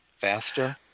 faster